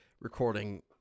recording